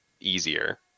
easier